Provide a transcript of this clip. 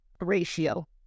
ratio